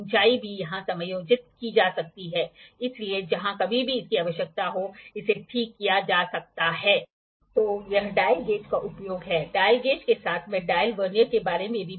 उपकरण की सतह जहां कहीं भी विस्थापित हो वस्तु की सतह के पेरालल होनी चाहिए और प्रोट्रेकटर की संदर्भ रेखा एंगल की संदर्भ रेखा के साथ पूरी तरह से मेल खाना चाहिए